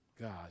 God